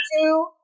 two